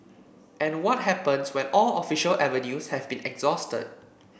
and what happens when all official avenues have been exhausted